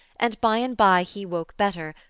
and by-and-by he woke better,